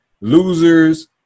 losers